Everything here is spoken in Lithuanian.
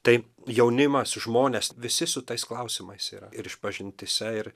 tai jaunimas žmonės visi su tais klausimais yra ir išpažintyse ir